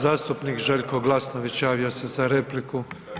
Zastupnik Željko Glasnović javio se za repliku.